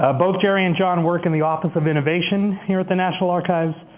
ah both jerry and john work in the office of innovation here at the national archives,